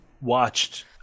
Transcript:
watched